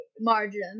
Margin